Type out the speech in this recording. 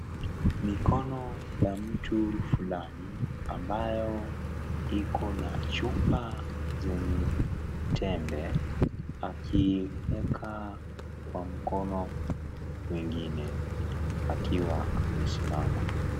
Mikono ya mtu fulani ambayo iko na chupa zenye tembe akiweka kwa mkono mengine akiwa amesimama.